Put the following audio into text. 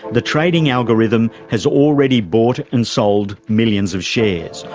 the trading algorithm has already bought and sold millions of shares,